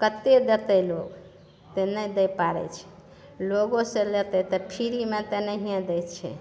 कतेक देतै लोक ओतेक नहि दै पाबै छै लोगोसँ लेतै तऽ फ्रीमे तऽ नहिए दै छै